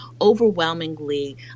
overwhelmingly